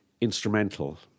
instrumental